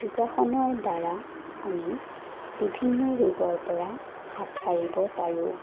যোগাসনৰ দ্বাৰা আমি বিভিন্ন ৰোগৰ পৰা হাত সাৰিব পাৰোঁ